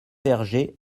vergers